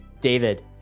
David